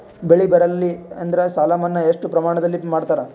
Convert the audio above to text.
ಬೆಳಿ ಬರಲ್ಲಿ ಎಂದರ ಸಾಲ ಮನ್ನಾ ಎಷ್ಟು ಪ್ರಮಾಣದಲ್ಲಿ ಮಾಡತಾರ?